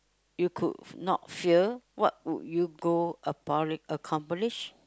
you could not fail what would you go abo~ accomplish